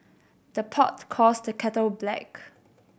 the pot calls the kettle black